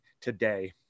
today